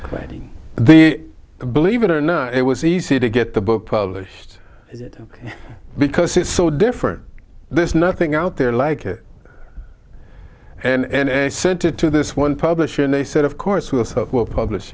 writing the believe it or not it was easy to get the book published because it's so different there's nothing out there like and i said to to this one publisher and they said of course we will publish